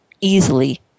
easily